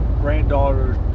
granddaughter